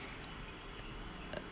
uh